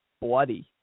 bloody